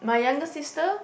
my younger sister